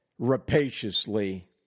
rapaciously